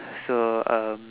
so um